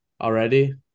already